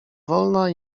wolna